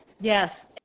Yes